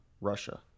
Russia